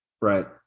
Right